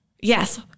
Yes